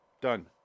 Done